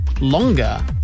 longer